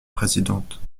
présidente